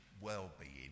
well-being